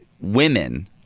women